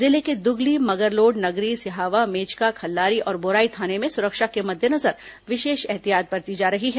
जिले के दुगली मगरलोड नगरी सिहावा मेचका खल्लारी और बोराई थाने में सुरक्षा के मद्देनजर विशेष ऐतिहयात बरती जा रही है